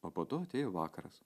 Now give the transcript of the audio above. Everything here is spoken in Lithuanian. o po to atėjo vakaras